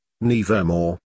nevermore